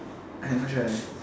I not sure eh